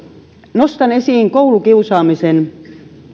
nostan esiin koulukiusaamisen